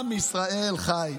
עם ישראל חי.